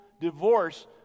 divorce